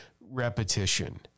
repetition